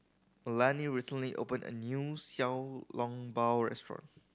Melany recently opened a new Xiao Long Bao restaurant